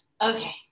okay